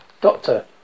doctor